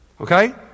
okay